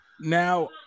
Now